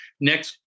next